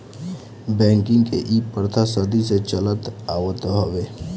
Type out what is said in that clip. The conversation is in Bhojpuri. बैंकिंग के इ प्रथा सदी के चलत आवत हवे